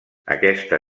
aquesta